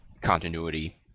continuity